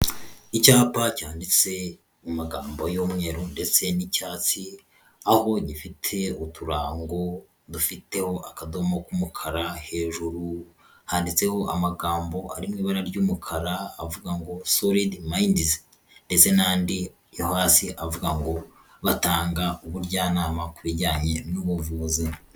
Icyapa cyanditse mu magambo y'umweru ndetse n'icyatsi, aho gifite uturango dufiteho akadomo k'umukara hejuru, handitseho amagambo ari mu ibara ry'umukara avuga ngo solidi mayindizi ndetse n'andi yohasi avuga ngo batanga uburyanama ku bijyanye n'ubuvuzi.